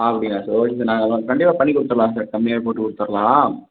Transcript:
அப்டியா sir okay sir நாங்கள் கண்டிப்பாக பண்ணி கொடுத்துர்லாம் சார் கம்மியாகவே போட்டு கொடுத்துர்லாம்